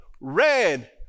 red